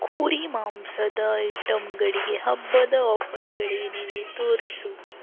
ಕುರಿ ಮಾಂಸದ ಐಟಮ್ಗಳಿಗೆ ಹಬ್ಬದ ಆಫರ್ಗಳೇನಿವೆ ತೋರಿಸು